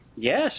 yes